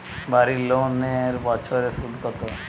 বাড়ি লোনের বছরে সুদ কত?